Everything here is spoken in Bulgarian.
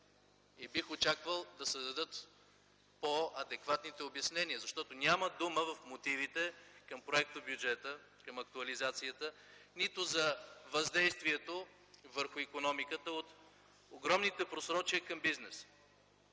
И бих очаквал да се дадат по-адекватните обяснения. Защото няма дума в мотивите към проектобюджета, към актуализацията, нито за въздействието върху икономиката от огромните просрочия към бизнеса,